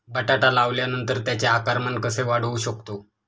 बटाटा लावल्यानंतर त्याचे आकारमान कसे वाढवू शकतो?